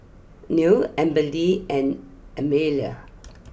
Nell Amberly and Amelia